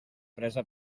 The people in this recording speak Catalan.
pressa